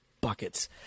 buckets